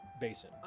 Basin